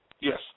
yes